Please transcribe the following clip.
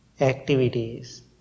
activities